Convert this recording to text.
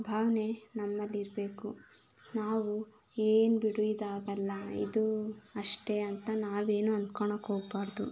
ಭಾವನೆ ನಮ್ಮಲ್ಲಿ ಇರಬೇಕು ನಾವು ಏನು ಬಿಡು ಇದು ಆಗೋಲ್ಲ ಇದು ಅಷ್ಟೇ ಅಂತ ನಾವೇನು ಅನ್ಕೊಣಕ್ಕೆ ಹೋಗಬಾರ್ದು